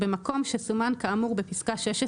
"16(א) במקום שסומן כאמור בפסקה (16)